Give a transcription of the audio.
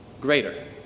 greater